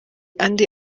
andi